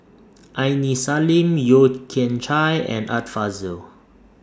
Aini Salim Yeo Kian Chai and Art Fazil